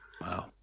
Wow